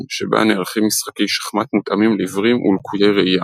שבה נערכים משחקי שחמט מותאמים לעיוורים ולקויי ראייה.